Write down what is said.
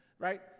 right